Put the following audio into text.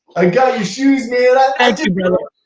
i got your shoes neela! i did brother.